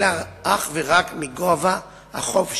אלא אך ורק מגובה החוב שבפיגור.